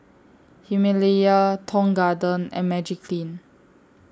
Himalaya Tong Garden and Magiclean